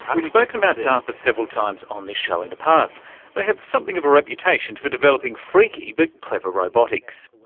and we've spoken about darpa several times on this show in the past. they have something of a reputation for developing freaky, but clever robotics.